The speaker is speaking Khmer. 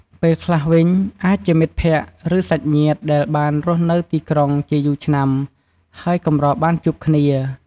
ពេលខ្លះវិញអាចជាមិត្តភក្ដិ ឬសាច់ញាតិដែលដែលបានរស់នៅទីក្រុងជាយូរឆ្នាំ ហើយកម្របានជួបគ្នា។